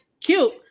cute